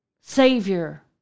Savior